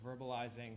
verbalizing